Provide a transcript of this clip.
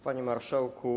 Panie Marszałku!